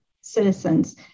citizens